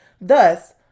Thus